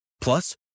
Plus